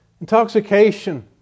intoxication